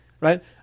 right